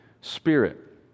Spirit